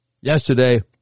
yesterday